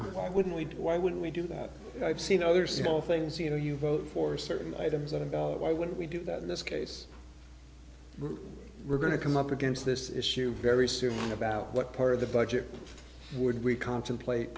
why wouldn't we do why would we do that i've seen other small things you know you vote for certain items that about why wouldn't we do that in this case we're going to come up against this issue very soon about what part of the budget would we contemplate